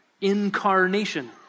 incarnation